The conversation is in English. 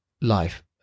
life